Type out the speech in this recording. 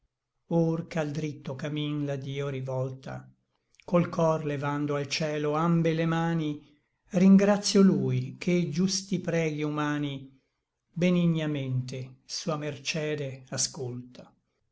or ch'al dritto camin l'à dio rivolta col cor levando al cielo ambe le mani ringratio lui che giusti preghi humani benignamente sua mercede ascolta